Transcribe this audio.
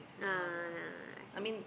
ah yeah I can